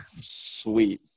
sweet